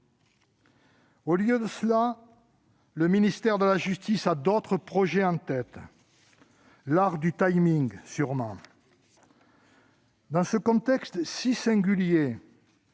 Au lieu de cela, le ministère de la justice a d'autres projets en tête. Sûrement l'art du ... Dans ce contexte si singulier,